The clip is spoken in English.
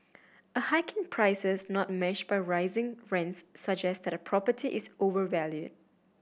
a hike in prices not matched by rising rents suggests that a property is overvalued